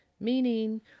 meaning